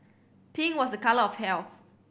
pink was a colour of health